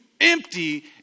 empty